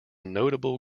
notable